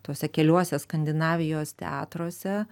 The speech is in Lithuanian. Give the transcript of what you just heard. tuose keliuose skandinavijos teatruose